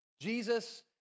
Jesus